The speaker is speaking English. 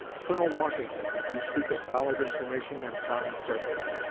colonel washington, if you speak of solid information and sound judgment.